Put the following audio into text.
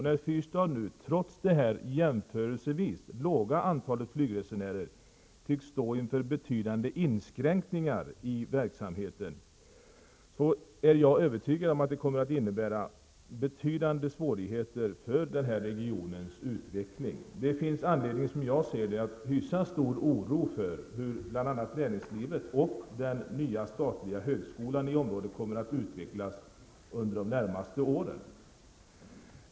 När Fyrstad nu, trots det jämförelsevis låga antalet flygresenärer, tycks stå inför betydande inskränkningar i verksamheten, är jag övertygad om att det kommer att innebära betydande svårigheter för den här regionens utveckling. Som jag ser det finns det anledning att hysa stor oro för hur bl.a. näringslivet och den nya statliga högskolan i området kommer att utvecklas under de närmaste åren.